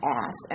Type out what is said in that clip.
ass